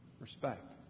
Respect